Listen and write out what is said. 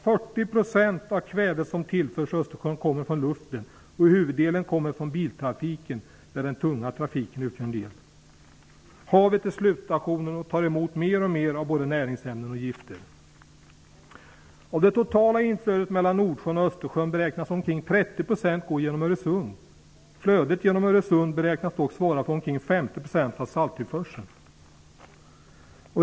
40 % av det kväve som tillförs Östersjön kommer från luften. Huvuddelen kommer från biltrafiken, där den tunga trafiken utgör en del. Havet är slutstationen och tar emot mer och mer av både näringsämnen och gifter. Av det totala flödet mellan Nordsjön och Östersjön beräknas ungefär 30 % gå genom Öresund. Flödet genom Öresund beräknas svara för omkring 50 % av salttillförseln.